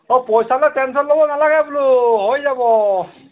অঁ পইচা লৈ টেনশ্যন ল'ব নেলাগে বোলো হৈ যাব